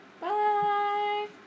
Bye